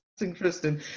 interesting